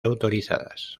autorizadas